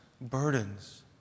burdens